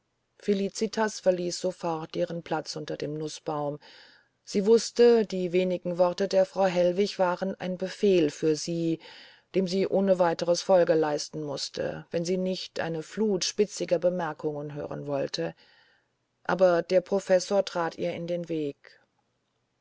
felicitas verließ sofort ihren platz unter dem nußbaume sie wußte die wenigen worte der frau hellwig waren ein befehl für sie dem sie ohne weiteres folge leisten mußte wenn sie nicht eine flut spitziger bemerkungen hören wollte aber der professor trat ihr in den weg